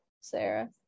Sarah